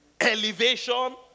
elevation